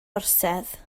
orsedd